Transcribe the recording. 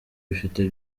bifite